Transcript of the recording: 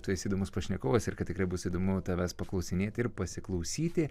tu esi įdomus pašnekovas ir kad tikrai bus įdomu tavęs paklausinėti ir pasiklausyti